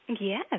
Yes